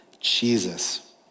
Jesus